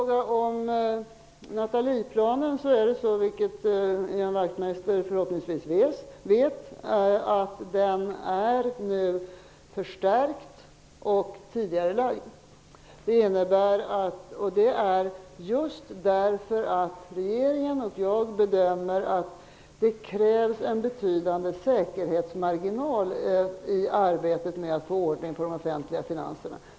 Som Ian Wachtmeister förhoppningvis vet är Nathalieplanen nu förstärkt och tidigarelagd just därför att regeringen och jag bedömer att det krävs en betydande säkerhetsmarginal i arbetet med att få ordning på de offentliga finanserna.